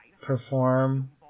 perform